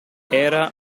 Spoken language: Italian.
era